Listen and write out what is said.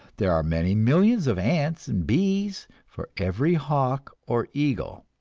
there are many millions of ants and bees for every hawk or eagle,